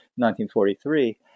1943